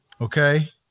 okay